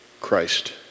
Christ